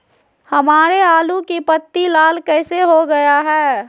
हमारे आलू की पत्ती लाल कैसे हो गया है?